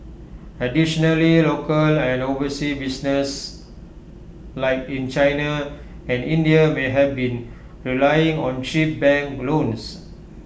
additionally local and overseas businesses like in China and India may have been relying on cheap bank loans